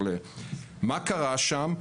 מה קרה שם?